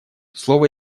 слово